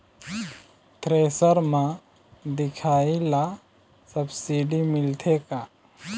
Thresher म दिखाही ला सब्सिडी मिलथे का?